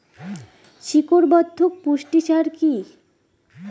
শিকড় বর্ধক পুষ্টি সার কি?